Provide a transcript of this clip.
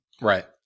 Right